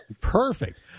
Perfect